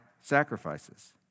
sacrifices